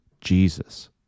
Jesus